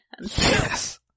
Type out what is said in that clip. Yes